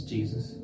Jesus